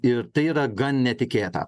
ir tai yra gan netikėta